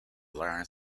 learned